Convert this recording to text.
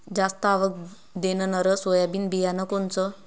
जास्त आवक देणनरं सोयाबीन बियानं कोनचं?